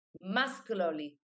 muscularly